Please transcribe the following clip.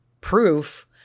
proof